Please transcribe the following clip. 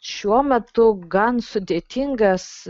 šiuo metu gan sudėtingas